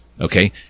Okay